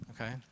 okay